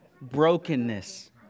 brokenness